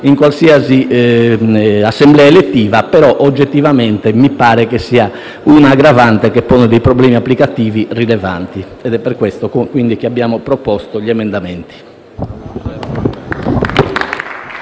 in qualsiasi assemblea elettiva, ma oggettivamente mi pare sia un'aggravante che pone dei problemi applicativi rilevanti. È per questo, quindi, che abbiamo proposto gli emendamenti.